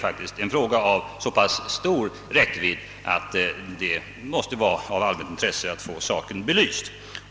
Frågan är av så pass stor räckvidd att det måste vara ett allmänt intresse att få saken belyst.